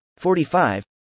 45